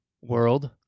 World